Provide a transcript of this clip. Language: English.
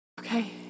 Okay